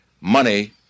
money